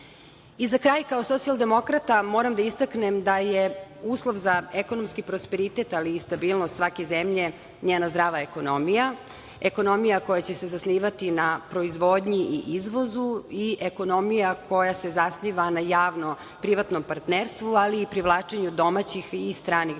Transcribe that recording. kraj, kao socijaldemokrata, moram da istaknem da je uslov za ekonomski prosperitet, ali i stabilnost svake zemlje njena zdrava ekonomija, ekonomija koja će se zasnivati na proizvodnji i izvozu i ekonomija koja se zasniva na javno-privatnom partnerstvu, ali i privlačenju domaćih i stranih direktnih